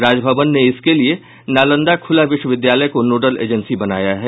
राजभवन ने इसके लिये नालंदा खुला विश्वविद्यालय को नोडल एजेंसी बनाया है